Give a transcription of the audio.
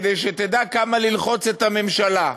כדי שתדע כמה ללחוץ את הממשלה.